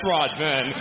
Rodman